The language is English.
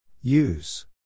Use